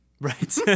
Right